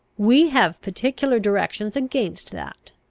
we have particular directions against that.